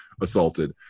assaulted